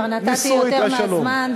כבר נתתי יותר מהזמן,